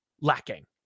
lacking